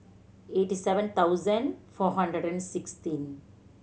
eighty seven thousand four hundred and sixteen